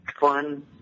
fun